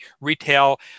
retail